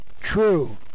true